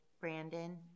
Brandon